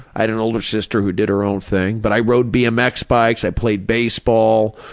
i had an older sister who did her own thing. but i rode bmx bikes, i played baseball,